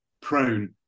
prone